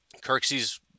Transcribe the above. Kirksey's